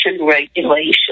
regulation